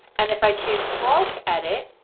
and if i choose bulk edit,